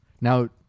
Now